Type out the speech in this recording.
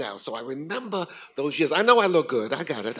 now so i remember those years i know i look good i got it